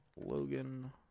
Logan